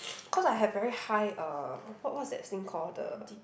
cause I have very high uh what what's that thing called the